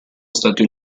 stati